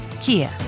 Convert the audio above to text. Kia